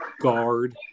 guard